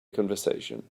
conversation